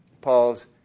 Paul's